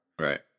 Right